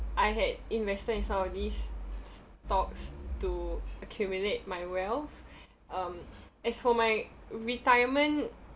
I had invested in some of these stocks to accumulate my wealth um for my retirement